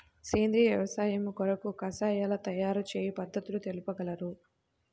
సేంద్రియ వ్యవసాయము కొరకు కషాయాల తయారు చేయు పద్ధతులు తెలుపగలరు?